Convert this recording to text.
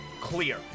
clear